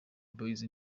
boys